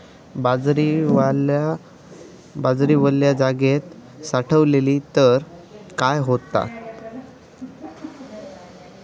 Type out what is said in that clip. बाजरी वल्या जागेत साठवली तर काय होताला?